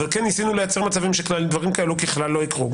אבל כן ניסינו לייצר מצבים שדברים כאלה ככלל לא יקרו,